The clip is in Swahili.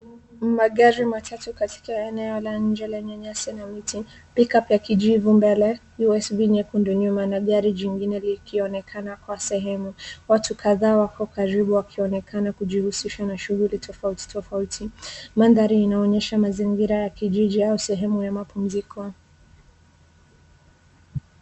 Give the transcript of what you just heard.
Magari matatu katika eneo la nje lenye nyasi na miti, pickup ya kijivu mbele, usv nyekundu nyuma na gari jingine likionekana kwa sehemu. Watu kadhaa wako karibu wakionekana kujihusisha na shughuli tofauti tofauti. Mandhari inaonyesha mazingira ya kijiji ama sehemu ya mapumziko.